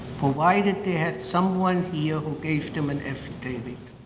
why did they have someone here who gave them an affidavit?